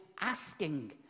asking